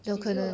有可能